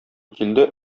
килде